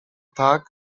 tak